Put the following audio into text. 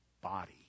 body